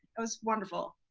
that was wonderful.